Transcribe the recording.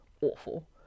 awful